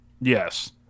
Yes